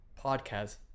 podcast